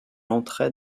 entrait